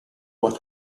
what